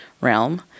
realm